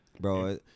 bro